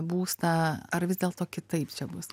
būstą ar vis dėlto kitaip čia bus